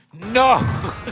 No